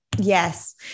Yes